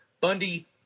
Bundy